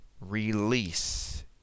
release